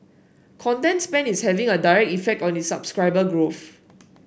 content spend is having a direct effect on its subscriber growth